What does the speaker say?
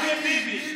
רק לביבי.